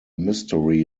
mystery